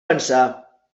pensar